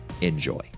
Enjoy